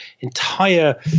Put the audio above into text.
entire